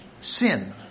sin